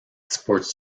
sports